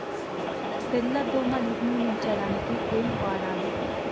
తెల్ల దోమ నిర్ములించడానికి ఏం వాడాలి?